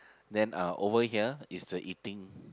then uh over here is the eating